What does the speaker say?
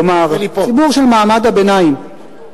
כלומר הציבור של מעמד הביניים,